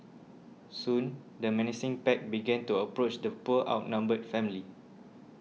soon the menacing pack began to approach the poor outnumbered family